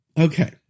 Okay